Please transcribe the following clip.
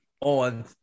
on